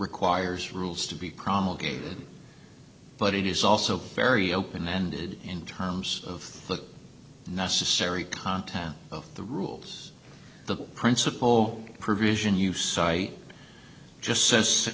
requires rules to be promulgated but it is also very open ended in terms of the necessary content of the rules the principal provision you cite just says